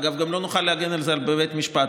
אגב, גם לא נוכל להגן על זה בבית המשפט.